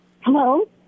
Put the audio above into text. Hello